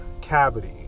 cavity